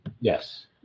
Yes